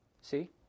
See